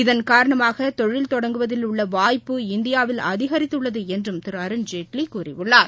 இதன் காரணமாக தொழில் தொடங்குவதில் உள்ள வாய்ப்பு இந்தியாவில் அதிகரித்துள்ளது என்றும் திரு அருண்ஜேட்லி கூறியுள்ளார்